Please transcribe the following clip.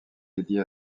dédiée